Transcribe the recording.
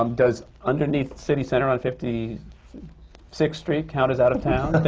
um does underneath city center on fifty sixth street count as out-of-town?